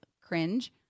cringe